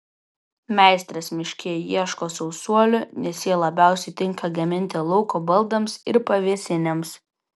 meistras miške ieško sausuolių nes jie labiausiai tinka gaminti lauko baldams ir pavėsinėms